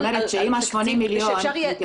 אני אומרת שאם ה-80 מיליון מתייחס